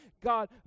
God